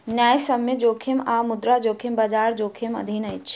न्यायसम्य जोखिम आ मुद्रा जोखिम, बजार जोखिमक अधीन अछि